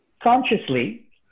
consciously